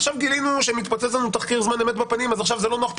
עכשיו גילינו שמתפוצץ לנו תחקיר "זמן אמת" בפנים אז עכשיו זה לא נוח,